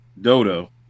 Dodo